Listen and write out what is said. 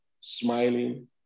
smiling